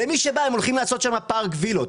למי שבא, הם הולכים לעשות שם פארק וילות.